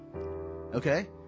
Okay